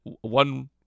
one